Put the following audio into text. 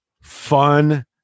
fun